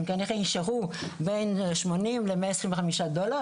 הם כנראה יישארו בין שמונים למאה עשרים וחמישה דולר,